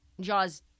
Jaw's